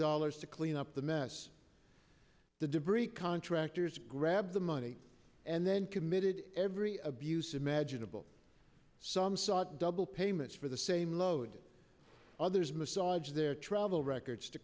dollars to clean up the mess the debris contractors grabbed the money and then committed every abuse imaginable some sought double payments for the same load others massage their travel records to